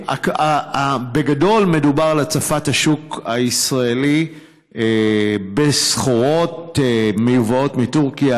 בגדול מדובר על הצפת השוק הישראלי בסחורות מיובאות מטורקיה,